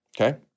okay